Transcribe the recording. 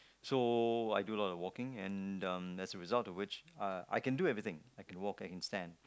so I do a lot walking and um as a result of which I can do everything I can walk I can stand